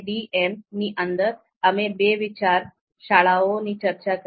MADM ની અંદર અમે બે વિચાર શાળાઓની ચર્ચા કરી